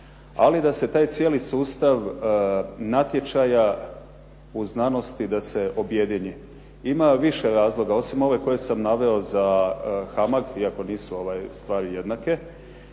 ali da se taj cijeli sustav natječaja u znanosti da se objedini. Ima više razloga osim ove koje sam naveo za HAMAG iako nisu stvari jednake.